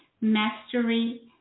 Mastery